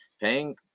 paying